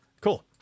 Cool